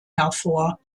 hervor